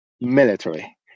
military